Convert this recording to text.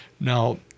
Now